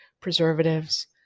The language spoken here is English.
preservatives